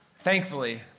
Thankfully